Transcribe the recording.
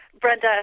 Brenda